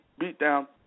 Beatdown